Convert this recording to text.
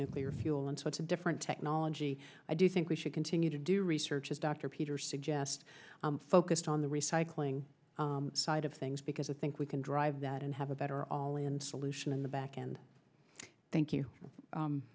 nuclear fuel and so it's a different technology i do think we should continue to do research as dr peter suggests focused on the recycling side of things because i think we can drive that and have a better all in solution in the back and thank you